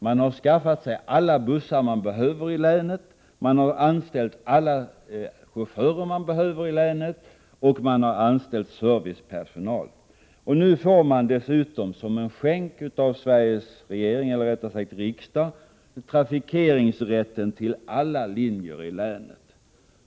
SLT har skaffat sig alla bussar som behövs i länet samt anställt alla chaufförer som behövs i länet jämte servicepersonal. Nu får man dessutom som en skänk av Sveriges riksdag trafikeringsrätten till alla linjer i länet.